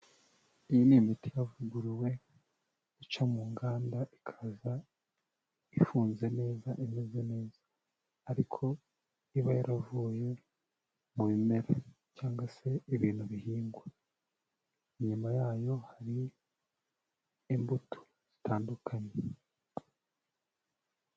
Iyi ni imiti yavuguruwe ica mu nganda ikaza ifunze neza imeze neza, ariko iba yaravuye mu bimera cyangwa se ibintu bihingwa, inyuma yayo hari imbuto zitandukanye.